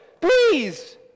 Please